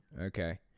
Okay